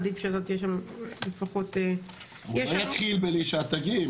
עדיף שאתה תהיה שם לפחות --- אני אתחיל כשאת תגיעי,